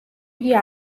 იგი